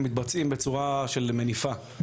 מתבצעים בצורה של מניפה.